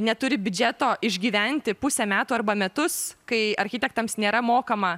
neturi biudžeto išgyventi pusę metų arba metus kai architektams nėra mokama